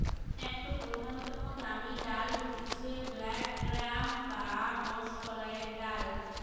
একটো প্রধানতম দামি ডাল হতিছে ব্ল্যাক গ্রাম বা মাষকলাইর ডাল